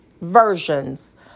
versions